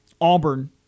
Auburn